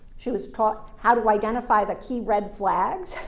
she was taught how to identify the key red flags.